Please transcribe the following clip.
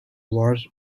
war